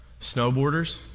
Snowboarders